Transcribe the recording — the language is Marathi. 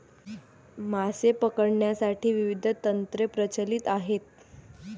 मासे पकडण्यासाठी विविध तंत्रे प्रचलित आहेत